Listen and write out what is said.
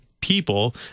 people